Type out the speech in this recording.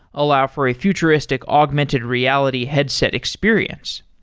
allow for a futuristic augmented reality headset experience.